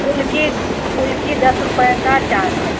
फुल्की फुल्की दस रुपये का चार है